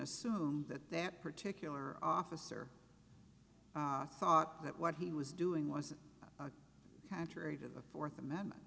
assume that that particular officer thought that what he was doing was contrary to the fourth amendment